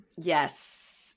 Yes